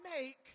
make